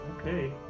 okay